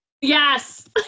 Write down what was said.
Yes